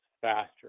faster